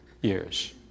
years